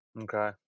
Okay